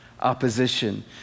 opposition